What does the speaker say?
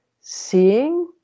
seeing